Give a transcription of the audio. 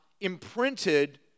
imprinted